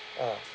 ah